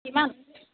কিমান